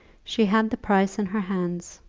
she had the price in her hands,